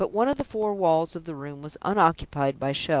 but one of the four walls of the room was unoccupied by shelves,